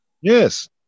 Yes